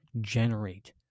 generate